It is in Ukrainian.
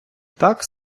так